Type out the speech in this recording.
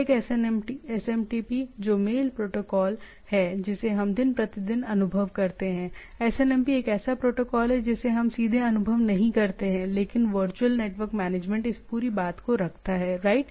एक एसएमटीपी जो mail protocol है जिसे हम दिन प्रतिदिन अनुभव करते हैं SNMP एक ऐसा प्रोटोकोल है जिसे हम सीधे अनुभव नहीं करते हैं लेकिन वर्चुअल नेटवर्क मैनेजमेंट इस पूरी बात को रखता है राइट